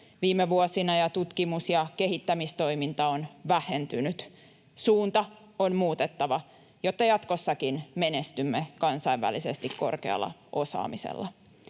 viime vuosina, ja tutkimus- ja kehittämistoiminta on vähentynyt. Suunta on muutettava, jotta jatkossakin menestymme kansainvälisesti korkealla osaamisella.